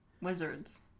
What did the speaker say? wizards